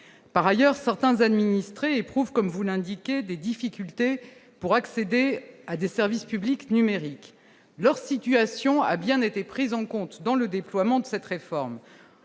par ailleurs, certains administrés éprouvent, comme vous l'indiquez, des difficultés pour accéder à des services publics numériques, leur situation a bien été prise en compte dans le déploiement de cette réforme,